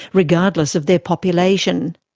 regardless of their population.